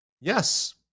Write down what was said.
yes